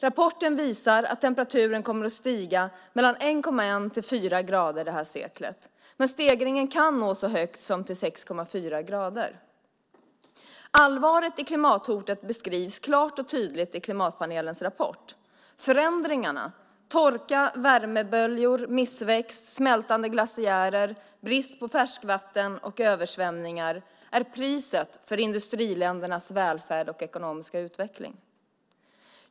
Rapporten visar att temperaturen kommer att stiga med mellan 1,1 och 4 grader det här seklet, men stegringen kan nå så högt som 6,4 grader. Allvaret i klimathotet beskrivs klart och tydligt i klimatpanelens rapport. Förändringarna - torka, värmeböljor, missväxt, smältande glaciärer, brist på färskvatten och översvämningar - är priset för industriländernas välfärd och ekonomiska utveckling.